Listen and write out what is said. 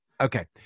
Okay